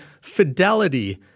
fidelity